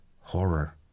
horror